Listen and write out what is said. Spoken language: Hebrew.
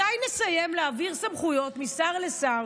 מתי נסיים להעביר סמכויות משר לשר